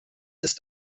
ist